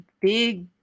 big